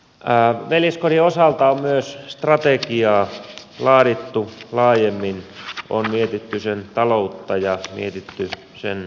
veljeskodin osalta on myös strategiaa laadittu laajemmin on mietitty sen taloutta ja mietitty sen tulevaisuutta